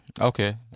Okay